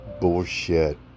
bullshit